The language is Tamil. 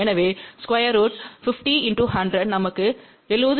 எனவே √50 × 100 நமக்கு 70